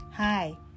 Hi